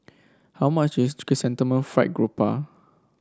how much is Chrysanthemum Fried Garoupa